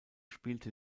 spielte